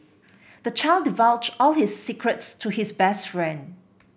the child divulged all his secrets to his best friend